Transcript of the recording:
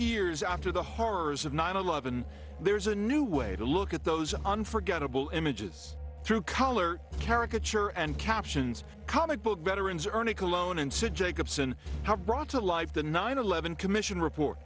years after the horrors of nine eleven there's a new way to look at those unforgettable images through color caricature and captions comic book veterans ernie cologne and sid jacobson brought to life the nine eleven commission report